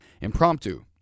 impromptu